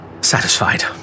satisfied